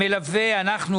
אתה עוסק בנושא ניצולי השואה.